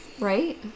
Right